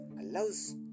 allows